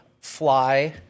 Fly